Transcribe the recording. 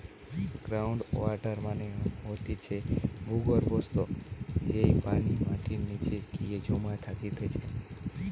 ground water মানে হতিছে ভূর্গভস্ত, যেই পানি মাটির নিচে গিয়ে জমা থাকতিছে